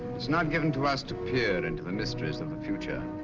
it's not given to us to peer into the mysteries of the future